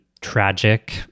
tragic